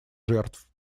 жертв